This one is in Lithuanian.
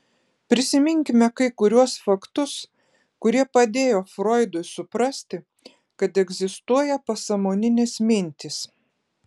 prisiminkime kai kuriuos faktus kurie padėjo froidui suprasti kad egzistuoja pasąmoninės mintys